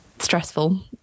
Stressful